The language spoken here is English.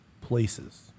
places